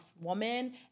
woman